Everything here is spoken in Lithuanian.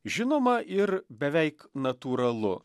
žinoma ir beveik natūralu